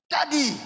Daddy